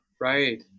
Right